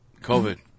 Covid